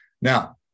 Now